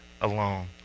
alone